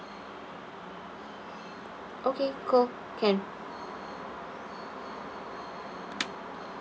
okay cool can